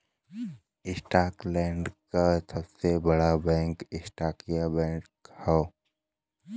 Scotland क सबसे बड़ा बैंक स्कॉटिया बैंक हौ